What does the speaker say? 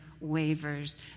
wavers